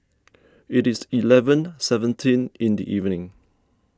it is eleven seventeen in the evening